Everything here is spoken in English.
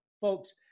folks